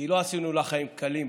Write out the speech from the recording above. כי לא עשינו לה חיים קלים בוועדה,